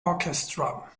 orchestra